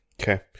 Okay